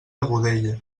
godella